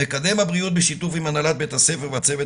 מקדם הבריאות בשיתוף עם הנהלת בית הספר והצוות